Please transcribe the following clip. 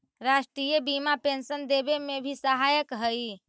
राष्ट्रीय बीमा पेंशन देवे में भी सहायक हई